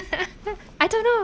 I don't know